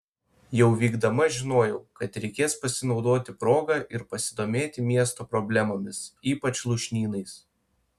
jau vykdama žinojau kad reikės pasinaudoti proga ir pasidomėti miesto problemomis ypač lūšnynais